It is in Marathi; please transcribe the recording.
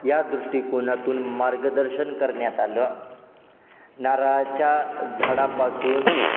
या दृष्टिकोनातून मार्गदर्शन करण्यात आलं नारळाच्या झाडापासून